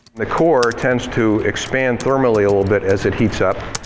the core tends to expand thermally a little bit as it heats up.